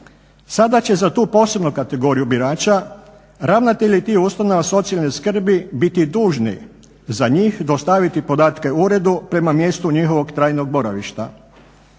Sada će za tu posebnu kategoriju birača ravnatelji tih ustanova socijalne skrbi biti dužni za njih dostaviti podatke uredu prema mjestu njihovog trajnog boravišta.